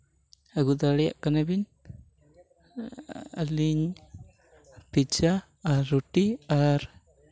ᱟᱹᱜᱩ ᱫᱟᱲᱮᱭᱟᱜ ᱠᱟᱱᱟᱵᱤᱱ ᱟᱹᱞᱤᱧ ᱯᱤᱡᱽᱡᱟ ᱟᱨ ᱨᱩᱴᱤ ᱟᱨ